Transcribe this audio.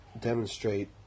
demonstrate